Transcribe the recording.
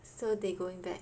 so they going back